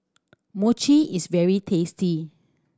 Mochi is very tasty